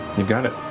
you got it.